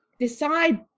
decide